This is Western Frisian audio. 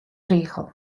rigel